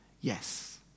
Yes